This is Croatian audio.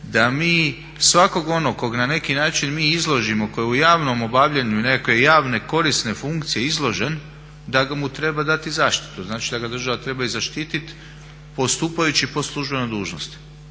da mi svakog ovog koga na neki način mi izložimo koji je u javnom obavljanju i nekakve javne, korisne funkcije izložen da mu treba dati zaštitu. Znači da ga država treba i zaštiti postupajući po službenoj dužnosti.